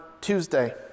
Tuesday